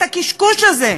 את הקשקוש הזה,